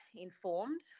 informed